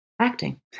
acting